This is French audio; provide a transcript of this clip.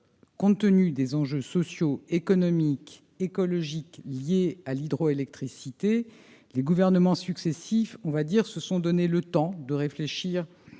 Compte tenu des enjeux sociaux, économiques et écologiques liés à l'hydroélectricité, les gouvernements successifs se sont, disons, donné le temps de réfléchir